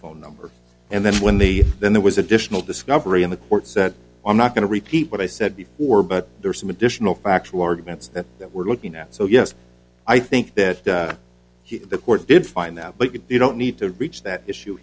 phone number and then when they then there was additional discovery in the courts i'm not going to repeat what i said before but there are some additional factual arguments that that we're looking at so yes i think that the court did find that but you don't need to reach that issue